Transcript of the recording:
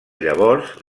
llavors